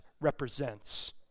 represents